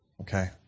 Okay